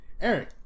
Eric